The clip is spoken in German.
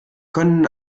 können